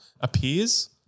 appears